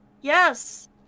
Yes